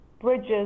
bridges